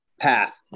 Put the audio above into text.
path